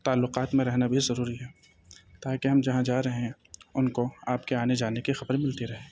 تعلقات میں رہنا بھی ضروری ہے تاکہ ہم جہاں جا رہے ہیں ان کو آپ کے آنے جانے کی خبر ملتی رہے